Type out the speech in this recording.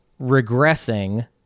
regressing